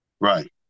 Right